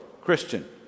Christian